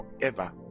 forever